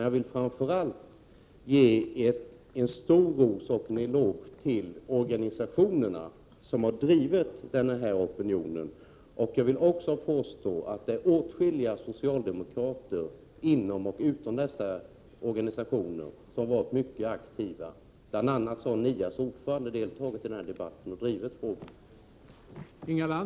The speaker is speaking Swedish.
Jag vill framför allt ge en stor ros och en eloge till organisationerna som har drivit denna opinion. Det är åtskilliga socialdemokrater både inom och utom dessa organisationer som har varit mycket aktiva. Bl. a. NIA:s ordförande har deltagit i denna debatt och drivit frågan.